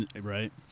Right